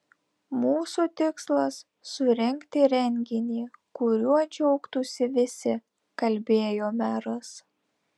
mūsų tikslas surengti renginį kuriuo džiaugtųsi visi kalbėjo meras